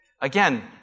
Again